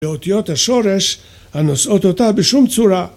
לאותיות השורש הנושאות אותה בשום צורה.